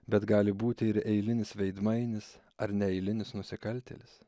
bet gali būti ir eilinis veidmainis ar neeilinis nusikaltėlis